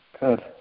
Good